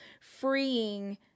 freeing